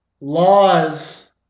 laws